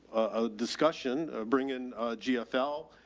a discussion bringing gfl,